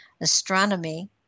astronomy